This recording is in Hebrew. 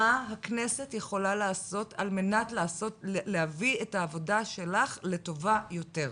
מה הכנסת יכולה לעשות על מנת להביא את העבודה שלך לטובה יותר.